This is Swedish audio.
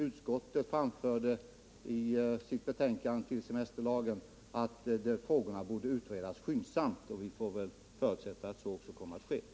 Utskottet framförde i sitt betänkande beträffande förslag till semesterlag att frågorna borde utredas skyndsamt, och vi får väl förutsätta att så också kommer att ske.